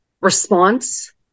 response